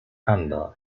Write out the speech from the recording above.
anda